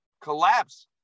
collapse